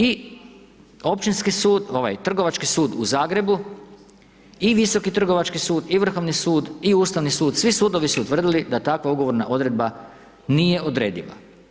I Općinski sud ovaj Trgovački sud u Zagrebu i Visoki trgovački sud i Vrhovni sud i Ustavni sud, svi sudovi su utvrdili da takva ugovorna odredba nije odrediva.